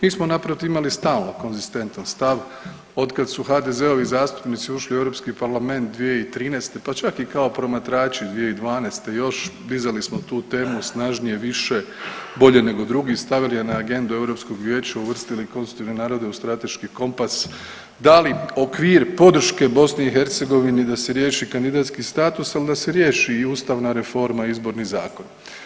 Mi smo naprotiv imali stalno konzistentan stav od kad su HDZ-ovi zastupnici ušli u Europski parlament 2013. pa čak i kako promatrači 2012. još dizali smo tu temu snažnije, više, bolje nego drugi, stavili je na agendu Europskog vijeća, uvrstili konstitutivne narode u strateški kompas, dali okvir podrške BiH da se riješi kandidatski status, ali da se riješi i ustavna reforma i izborni zakon.